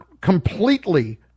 completely